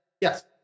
Yes